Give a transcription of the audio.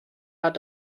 hat